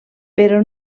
però